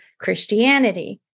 Christianity